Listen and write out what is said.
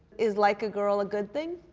is like a girl a good thing?